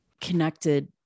connected